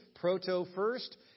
proto-first